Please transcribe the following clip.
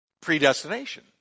predestination